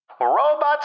robots